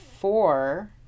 four